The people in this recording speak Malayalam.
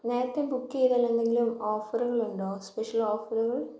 നേരത്തെ ബുക്ക് ചെയ്താൽ എന്തെങ്കിലും ഓഫറുകൾ ഉണ്ടോ സ്പെഷ്യൽ ഓഫറുകൾ